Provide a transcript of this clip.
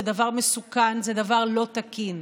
זה דבר מסוכן, זה דבר לא תקין.